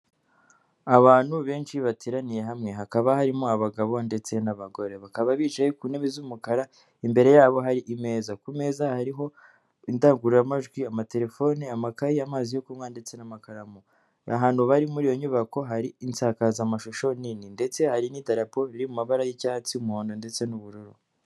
Abantu benshi bateraniye hamwe, hakaba harimo abagabo ndetse n'abagore, bakaba bicaye ku ntebe z'umukara, imbere yabo hari imeza, ku meza hariho indangururamajwi, amaterefone, amakayi, amazi yo kunywa ndetse n'amakaramu, ahantu bari muri iyo nyubako hari insakazamashusho nini ndetse hari n'idarapo riri mu mabara y'icyatsi, umuhondo ndetse n'ubururu.